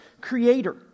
Creator